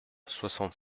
soixante